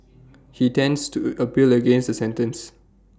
he tends to A appeal against the sentence